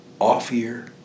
off-year